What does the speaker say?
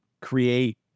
create